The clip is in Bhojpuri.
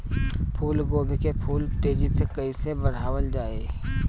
फूल गोभी के फूल तेजी से कइसे बढ़ावल जाई?